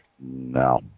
No